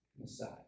Messiah